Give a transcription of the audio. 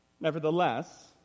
Nevertheless